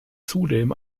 zudem